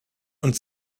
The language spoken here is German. und